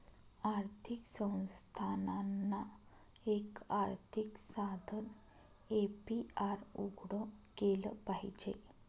आर्थिक संस्थानांना, एक आर्थिक साधन ए.पी.आर उघडं केलं पाहिजे